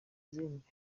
izindi